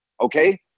okay